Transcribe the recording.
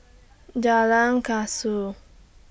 Jalan Kasau